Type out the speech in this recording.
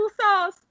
sauce